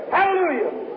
Hallelujah